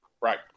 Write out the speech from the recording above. Right